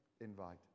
invite